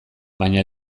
baina